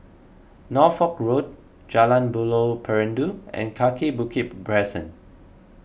Norfolk Road Jalan Buloh Perindu and Kaki Bukit Crescent